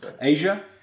Asia